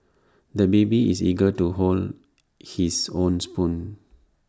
the baby is eager to hold his own spoon